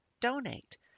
donate